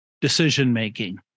decision-making